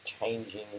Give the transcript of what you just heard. changing